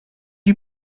you